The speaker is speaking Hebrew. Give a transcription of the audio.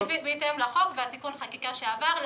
בהתאם לחוק ותיקון החקיקה שעבר,